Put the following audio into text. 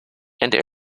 and